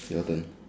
your turn